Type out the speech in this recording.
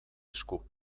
esku